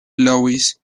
louis